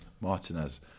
Martinez